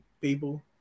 people